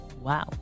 Wow